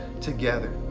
together